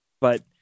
But-